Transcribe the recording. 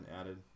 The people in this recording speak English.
added